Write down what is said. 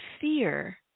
fear